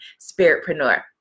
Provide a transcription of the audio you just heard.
spiritpreneur